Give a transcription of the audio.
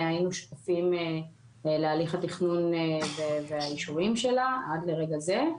היינו שותפים להליך התכנון והאישורים שלה עד לרגע זה.